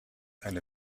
eine